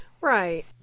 Right